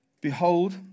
Behold